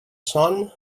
son